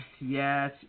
yes